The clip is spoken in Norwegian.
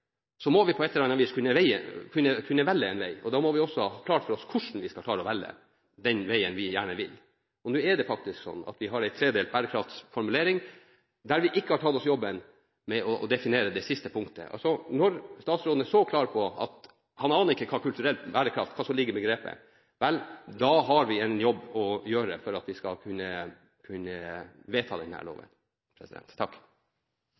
må vi på et eller annet vis kunne velge en vei. Da må vi også ha klart for oss hvordan vi skal klare å velge den veien vi gjerne vil. Nå er det faktisk sånn at vi har en tredelt bærekraftformulering, der vi ikke har tatt oss jobben med å definere det siste punktet. Altså: Når statsråden er så klar på at han ikke aner hva som ligger i begrepet «kulturell bærekraft», vel, da har vi en jobb å gjøre for at vi skal kunne vedta